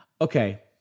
Okay